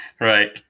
Right